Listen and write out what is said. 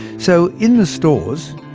so in the stores,